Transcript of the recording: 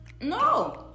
No